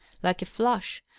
like a flash,